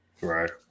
Right